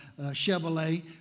Chevrolet